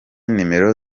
nimero